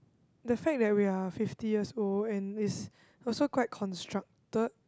the fact that we're fifty years old and is also quite constructed